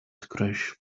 crash